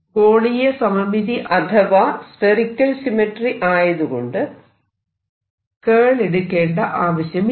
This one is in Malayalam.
ഗോളീയ സമമിതി അഥവാ സ്ഫെറിക്കൽ സിമെട്രി ആയതുകൊണ്ട് കേൾ എടുക്കേണ്ട ആവശ്യമില്ല